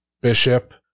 bishop